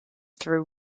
through